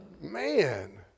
man